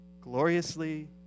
gloriously